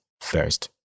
first